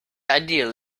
ideal